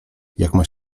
jak